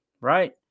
right